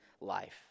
life